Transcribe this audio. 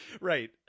Right